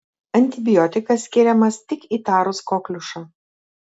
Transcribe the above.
antibiotikas skiriamas tik įtarus kokliušą